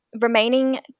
remaining